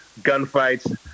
gunfights